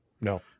No